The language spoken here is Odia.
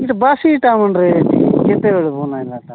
ଇଟା ବାସିଟା ମଣ୍ଡରେ କେତେବେଳେ ଭନାଇଲାଟା